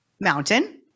mountain